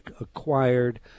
acquired